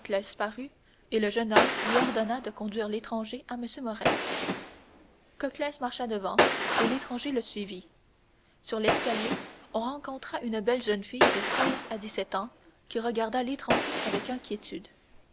et le jeune homme lui ordonna de conduire l'étranger à m morrel coclès marcha devant et l'étranger le suivit sur l'escalier on rencontra une belle jeune fille de seize à dix-sept ans qui regarda l'étranger avec inquiétude